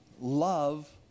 love